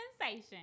sensation